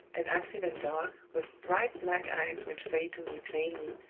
and active and dark, with bright black eyes which say to me plainly,